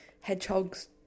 Hedgehogs